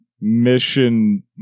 Mission